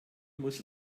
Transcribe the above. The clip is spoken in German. muss